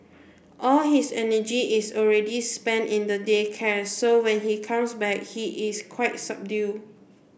all his energy is already spent in the day care so when he comes back he is quite subdued